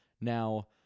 Now